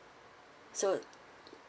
so